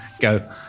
Go